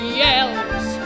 yells